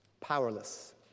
Powerless